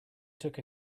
took